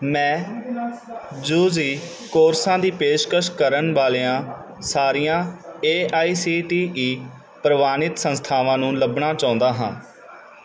ਮੈਂ U G ਕੋਰਸਾਂ ਦੀ ਪੇਸ਼ਕਸ਼ ਕਰਨ ਵਾਲੀਆਂ ਸਾਰੀਆਂ A I C T E ਪ੍ਰਵਾਨਿਤ ਸੰਸਥਾਵਾਂ ਨੂੰ ਲੱਭਣਾ ਚਾਹੁੰਦਾ ਹਾਂ